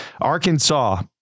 Arkansas